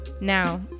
Now